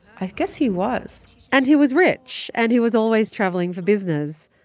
i guess he was and he was rich. and he was always traveling for business.